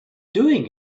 doing